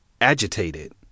agitated